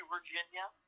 Virginia